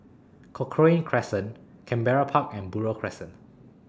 Cochrane Crescent Canberra Park and Buroh Crescent